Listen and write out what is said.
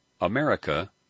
America